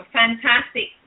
fantastic